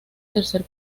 tercer